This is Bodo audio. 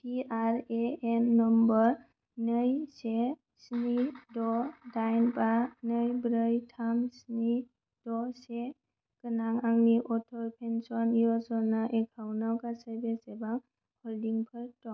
P R A N number नै से स्नि द' दाइन बा नै ब्रै थाम स्नि द' से गोनां आंनि अटल पेन्सन य'जना एकाउन्ट आव गासै बेसेबां हल्डिंफोर दं